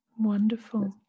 Wonderful